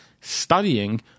studying